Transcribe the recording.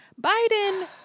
Biden